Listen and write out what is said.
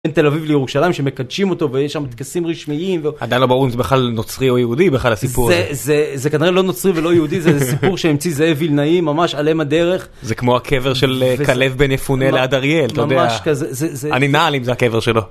בין תל אביב לירושלים שמקדשים אותו ויש שם טקסים רשמיים ועדיין לא ברור אם זה בכלל נוצרי או יהודי בכלל הסיפור הזה זה כנראה לא נוצרי ולא יהודי זה סיפור שהמציא זאב וילנאי ממש על אם הדרך זה כמו הקבר של כלב בן יפונה ליד אריאל. ממש כזה. אני נעל אם זה הקבר שלו